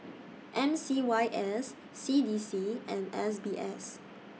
M C Y S C D C and S B S